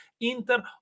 Inter